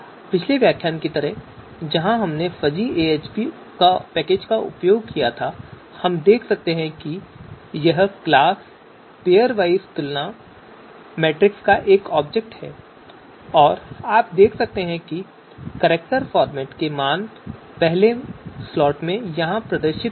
पिछले व्याख्यान की तरह जहां हमने fuzzyAHP पैकेज का उपयोग किया था हम देख सकते हैं कि यह क्लास पेयरवाइज तुलना मैट्रिक्स का एक ऑब्जेक्ट है और आप देख सकते हैं कि कैरेक्टर फॉर्मेट में मान पहले स्लॉट में यहां प्रदर्शित होते हैं